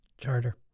charter